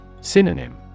Synonym